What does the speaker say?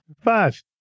Five